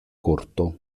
corto